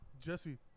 Jesse